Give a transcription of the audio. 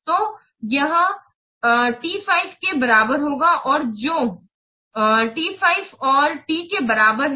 तो यह ० T5 T के बराबर होगा और जो ० T5 और टी के बराबर है